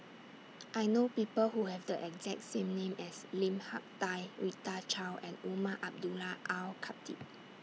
I know People Who Have The exact name as Lim Hak Tai Rita Chao and Umar Abdullah Al Khatib